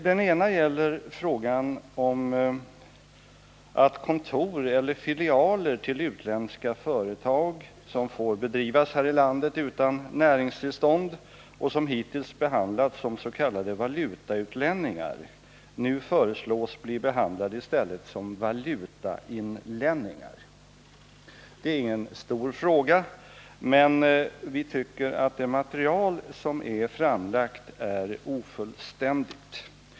Den ena frågan gäller att utländska företags kontor eller filialer, som får drivas här i landet utan näringstillstånd och som hittills behandlats som s.k. valutautlänningar, nu föreslås bli behandlade som valutainlänningar. Det är ingen stor fråga, men vi tycker att det material som framlagts är ofullständigt.